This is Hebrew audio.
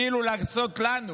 כאילו לעשות לנו